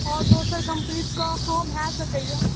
आओर दोसर कम्पनी के हँ कम भय सकैया